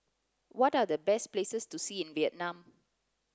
what are the best places to see in Vietnam